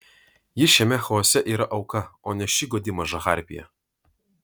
ji šiame chaose yra auka o ne ši godi maža harpija